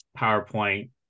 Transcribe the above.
PowerPoint